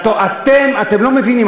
אתם לא מבינים.